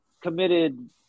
committed